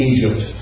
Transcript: Egypt